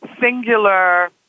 singular